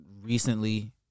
recently